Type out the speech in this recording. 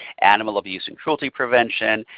animal abuse and cruelty prevention,